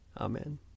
Amen